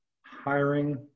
hiring